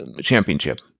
Championship